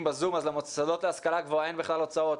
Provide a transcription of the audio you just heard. בזום אז למוסדות להשכלה גבוהה אין בכלל הוצאות,